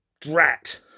drat